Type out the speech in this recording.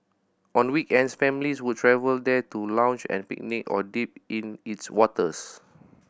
on weekends families would travel there to lounge and picnic or dip in its waters